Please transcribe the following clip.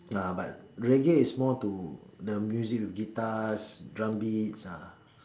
ah but reggae is more to the music with guitars drumbeats ah